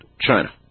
China